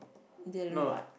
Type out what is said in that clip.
deal what